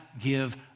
give